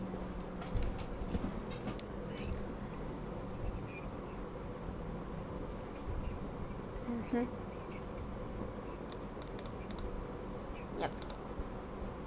mmhmm ya